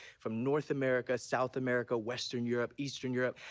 from north america, south america, western europe, eastern europe,